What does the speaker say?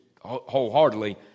wholeheartedly